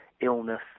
illness